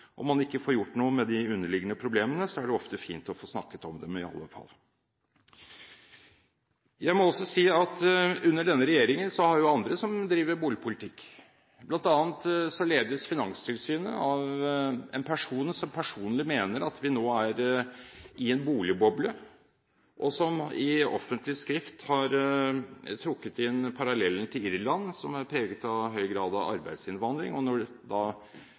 om samtaleterapi – om man ikke får gjort noe med de underliggende problemene, er det ofte fint å få snakket om dem i alle fall. Jeg må også si at under denne regjeringen har vi også andre som driver boligpolitikk. Finanstilsynet ledes av en person som personlig mener at vi nå er i en boligboble, og som i offentlig skrift har trukket inn parallellen til Irland, et land som er preget av en høy grad av arbeidsinnvandring. Da konjunkturene snudde i Irland, flyttet mange naturlig nok tilbake og